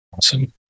awesome